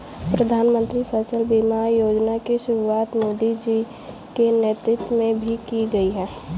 प्रधानमंत्री फसल बीमा योजना की शुरुआत मोदी जी के नेतृत्व में की गई है